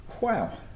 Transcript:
wow